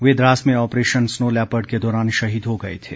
वे द्रास में operation snow leopard के दौरान शहीद हो गए थे